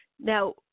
now